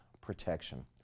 protection